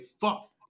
Fuck